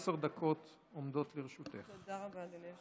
עשר דקות עומדות לרשותך.